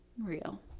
real